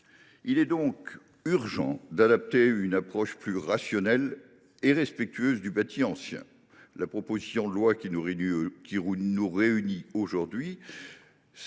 Il est donc urgent d’adopter une approche plus rationnelle et plus respectueuse du bâti ancien. La proposition de loi qui nous réunit aujourd’hui